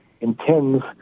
intends